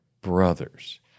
brothers